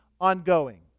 ongoing